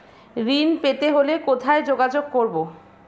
ঋণ পেতে হলে কোথায় যোগাযোগ করব?